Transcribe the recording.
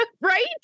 Right